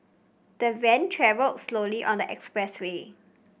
the van travelled slowly on the expressway